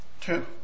Two